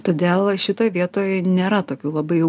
todėl šitoj vietoj nėra tokių labai jau